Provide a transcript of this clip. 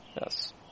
Yes